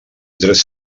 tres